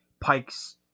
Pikes